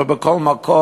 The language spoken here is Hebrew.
אבל בכל מקום,